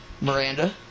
Miranda